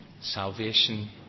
Salvation